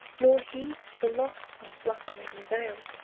nor heeds the loss of fluttering veil,